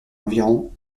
environ